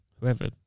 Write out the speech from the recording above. whoever